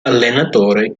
allenatore